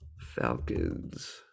Falcons